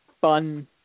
bun